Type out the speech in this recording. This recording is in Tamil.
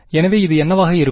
எனவே அது என்னவாக இருக்கும்